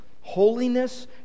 holiness